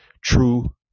true